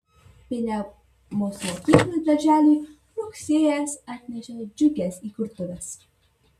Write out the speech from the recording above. piniavos mokyklai darželiui rugsėjis atnešė džiugias įkurtuves